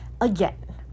Again